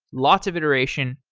lots of iteration,